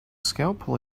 scalpel